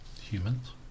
Humans